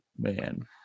Man